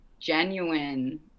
genuine